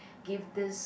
give this